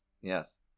Yes